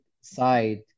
side